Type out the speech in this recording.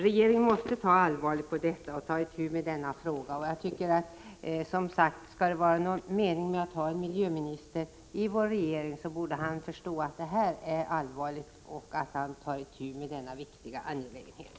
Regeringen måste med allvar ta itu med denna fråga. Skall det vara någon mening med att ha en miljöminister i regeringen, borde han förstå att detta är allvarligt och ta itu med denna viktiga angelägenhet.